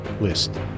list